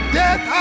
death